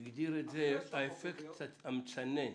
האפקט המצנן,